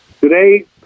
Today